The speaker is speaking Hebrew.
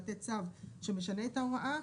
לתת צו שמשנה את ההוראה.